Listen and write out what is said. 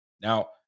Now